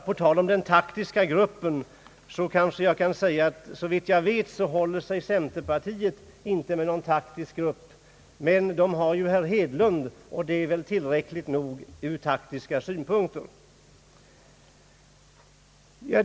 På tal om den taktiska gruppen kanske jag kan säga att såvitt jag vet håller sig centerpartiet inte med någon taktisk grupp, men man har ju herr Hedlund, och det är väl tillräckligt ur taktisk synpunkt.